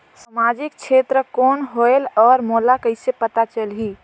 समाजिक क्षेत्र कौन होएल? और मोला कइसे पता चलही?